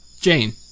Jane